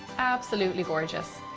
absolutely gorgeous.